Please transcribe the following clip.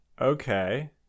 Okay